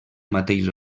mateix